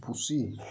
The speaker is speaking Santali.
ᱯᱩᱥᱤ